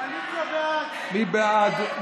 מי בעד?